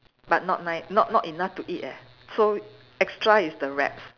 but not nice not not enough to eat eh so extra is the wraps